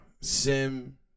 sim